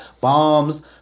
bombs